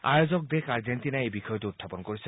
আয়োজক দেশ আৰ্জেণ্টিনাই এই বিষয়টো উখাপন কৰিছে